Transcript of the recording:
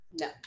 No